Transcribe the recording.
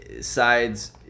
Sides